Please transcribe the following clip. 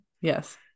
yes